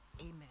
Amen